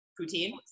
Poutine